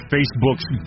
Facebook's